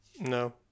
No